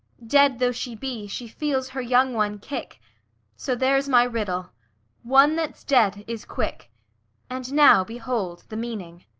dead though she be, she feels her young one kick so there's my riddle one that's dead is quick and now behold the meaning.